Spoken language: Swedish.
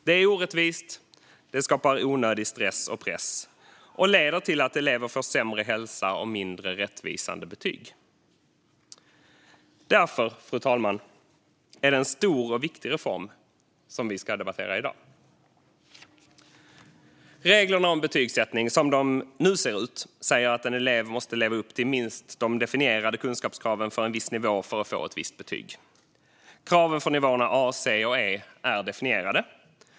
Det är orättvist, det skapar onödig stress och press och det leder till att elever får sämre hälsa och mindre rättvisande betyg. Därför, fru talman, är det en stor och viktig reform som vi ska debattera i dag. Reglerna om betygssättning, som de nu ser ut, säger att en elev måste leva upp till minst de definierade kunskapskraven för en viss nivå för att få ett visst betyg. Kraven för nivåerna A, C och E är definierade.